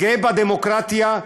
גאה בדמוקרטיה,